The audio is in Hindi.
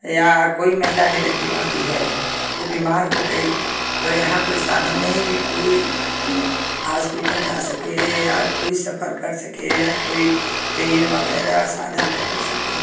या कोई महिला डिलीवरी वाली है तो बीमार हो गई तो यहाँ कोई साधन नहीं की कोई हॉस्पिटल जा सके या कोई सफर कर सके या कोई ट्रेन वगैरह साधन पकड़ सके